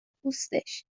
پوستش